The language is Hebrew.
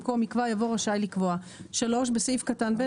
במקום "יקבע" יבוא "רשאי לקבוע"; בסעיף קטן (ב),